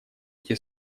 эти